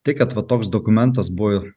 tai kad va toks dokumentas buvo